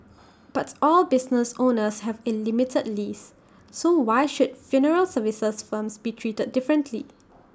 but all business owners have A limited lease so why should funeral services firms be treated differently